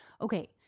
okay